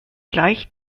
gleich